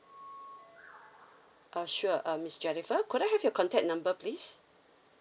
uh sure uh miss jennifer could I have your contact number please